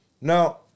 now